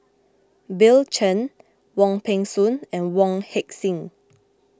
Bill Chen Wong Peng Soon and Wong Heck Sing